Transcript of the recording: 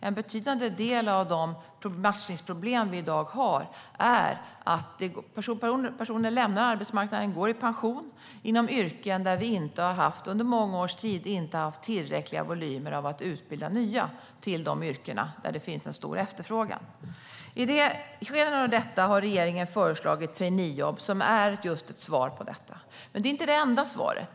En betydande del av de matchningsproblem som vi har i dag är att personer lämnar arbetsmarknaden och går i pension inom yrken där vi under många års tid inte har haft tillräckliga volymer av utbildning av nya till de yrken där det finns stor efterfrågan. I skenet av detta har regeringen föreslagit traineejobb, som just är ett svar på detta. Men det är inte det enda svaret.